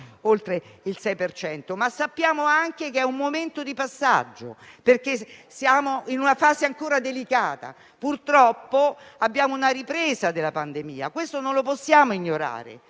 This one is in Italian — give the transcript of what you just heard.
ma sappiamo anche che è un momento di passaggio, perché siamo in una fase ancora delicata. Purtroppo abbiamo una ripresa della pandemia, non possiamo ignorarlo,